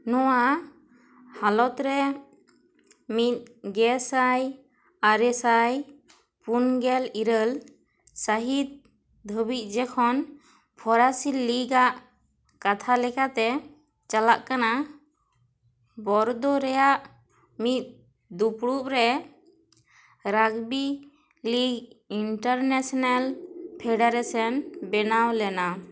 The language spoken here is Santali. ᱱᱚᱣᱟ ᱦᱟᱞᱚᱛ ᱨᱮ ᱢᱤᱫ ᱜᱮᱥᱟᱭ ᱟᱨᱮᱥᱟᱭ ᱯᱩᱱ ᱜᱮᱞ ᱤᱨᱟᱹᱞ ᱥᱟᱹᱦᱤᱛ ᱫᱷᱟᱹᱵᱤᱡ ᱡᱚᱠᱷᱚᱱ ᱯᱷᱚᱨᱟᱥᱤ ᱞᱤᱜᱽᱼᱟᱜ ᱠᱟᱛᱷᱟ ᱞᱮᱠᱟᱛᱮ ᱪᱟᱞᱟᱜ ᱠᱟᱱᱟ ᱵᱚᱨᱫᱳ ᱨᱮᱭᱟᱜ ᱢᱤᱫ ᱫᱩᱯᱲᱩᱵ ᱨᱮ ᱨᱟᱜᱽᱵᱤ ᱞᱤᱜᱽ ᱤᱱᱴᱟᱨᱱᱮᱥᱱᱮᱞ ᱯᱷᱮᱰᱟᱨᱮᱥᱚᱱ ᱵᱮᱱᱟᱣ ᱞᱮᱱᱟ